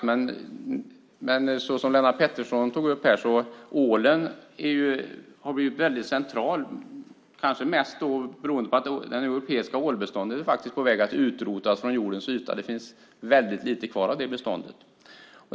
Men som Lennart Pettersson tog upp har också ålen blivit väldigt central, kanske mest beroende på att det europeiska ålbeståndet faktiskt är på väg att utrotas från jordens yta. Det finns väldigt lite kvar av det beståndet.